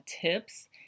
tips